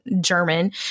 German